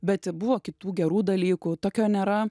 bet buvo kitų gerų dalykų tokio nėra